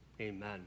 amen